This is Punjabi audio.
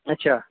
ਅੱਛਾ